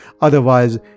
otherwise